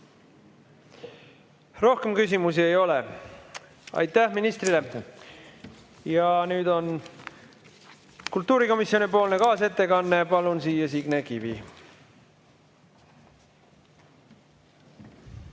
Rohkem küsimusi ei ole. Aitäh ministrile! Ja nüüd on kultuurikomisjoni kaasettekanne. Palun siia Signe Kivi.